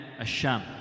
Asham